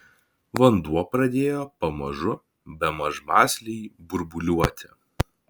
vanduo pradėjo pamažu bemaž mąsliai burbuliuoti